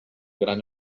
gran